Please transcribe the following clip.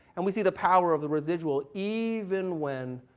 and we see the power of the residual even when,